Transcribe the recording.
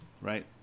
right